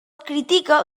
critica